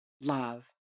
love